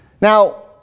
Now